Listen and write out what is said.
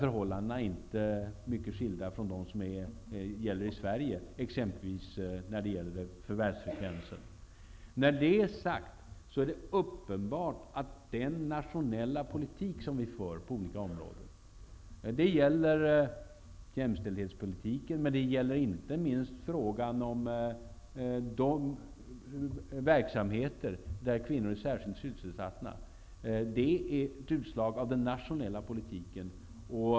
Förhållandena i t.ex. Danmark skiljer sig inte nämnvärt från förhållandena i Sverige när det gäller förvärvsfrekvensen. Det är uppenbart att jämställdhetspolitiken och inte minst frågan om de verksamheter där framför allt kvinnor är sysselsatta är ett utslag av den nationella politiken.